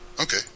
Okay